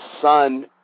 son